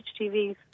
HTVs